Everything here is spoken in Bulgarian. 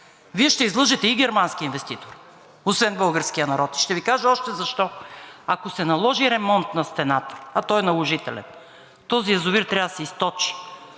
Вие ще излъжете и германския инвеститор освен българския народ. Ще Ви кажа още защо. Ако се наложи ремонт на стената, а той е наложителен, този язовир трябва да се източи.